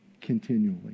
continually